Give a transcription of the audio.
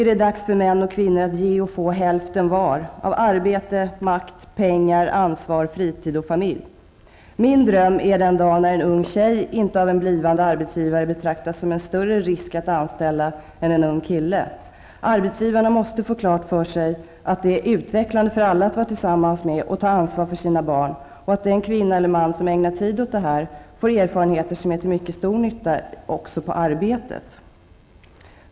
Det är dags för män och kvinnor att ge och få hälften var -- av arbete, makt, pengar, ansvar, fritid och familj. Min dröm är den dag när en ung tjej av en blivande arbetsgivare inte betraktas som en större risk att anställa än en ung kille. Arbetsgivarna måste få klart för sig att det är utvecklande för alla att vara tillsammans med och ta ansvar för sina barn. Den kvinna eller man som ägnar tid åt det får erfarenheter som är till stor nytta också i arbetet.